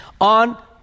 on